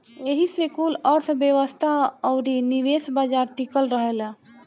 एही से कुल अर्थ्व्यवस्था अउरी निवेश बाजार टिकल रहेला